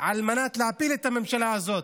על מנת להפיל את הממשלה הזאת.